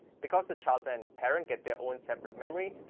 because the child and parent get their own separate memory,